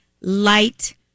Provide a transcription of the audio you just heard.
light